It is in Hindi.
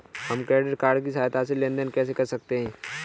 हम क्रेडिट कार्ड की सहायता से लेन देन कैसे कर सकते हैं?